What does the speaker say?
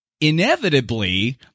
inevitably